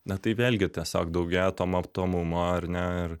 na tai vėlgi tiesiog daugėja to matomumo ar ne ir